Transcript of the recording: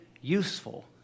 useful